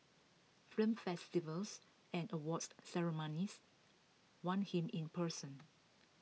film festivals and awards ceremonies want him in person